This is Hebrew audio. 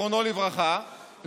זיכרונו לברכה,